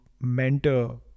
mentor